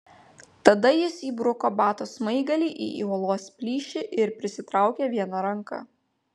tada jis įbruko bato smaigalį į uolos plyšį ir prisitraukė viena ranka